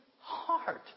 heart